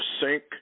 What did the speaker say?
sink